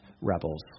rebels